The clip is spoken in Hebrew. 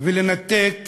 ולנתק